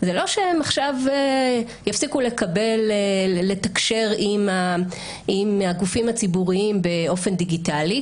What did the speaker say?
זה לא שהם עכשיו יפסיקו לתקשר עם הגופים הציבוריים באופן דיגיטלי,